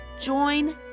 join